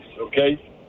okay